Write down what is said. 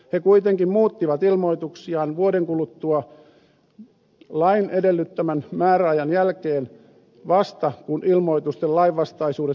he kuitenkin muuttivat ilmoituksiaan vuoden kuluttua lain edellyttämän määräajan jälkeen vasta kun ilmoitusten lainvastaisuudet tulivat julki